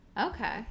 Okay